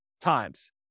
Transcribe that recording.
times